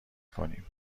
کنیم